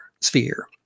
sphere